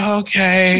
okay